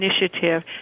initiative